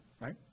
Right